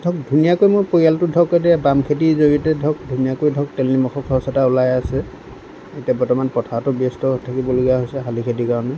ধৰক ধুনীয়াকৈ মই পৰিয়ালটো ধৰক এতিয়া বাম খেতিৰ জৰিয়তে ধৰক ধুনীয়াকৈ ধৰক তেল নিমখৰ খৰচ এটা ওলাই আছে এতিয়া বৰ্তমান পথাৰতো ব্যস্ত থাকিবলগীয়া হৈছে শালীখেতিৰ কাৰণে